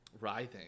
Writhing